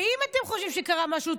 ואם אתם חושבים שקרה משהו,